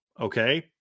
okay